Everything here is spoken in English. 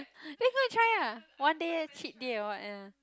let's go and try ah one day ah cheat day or what and